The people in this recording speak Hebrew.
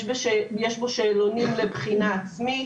יש בו שאלונים לבחינה עצמית,